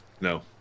no